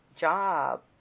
job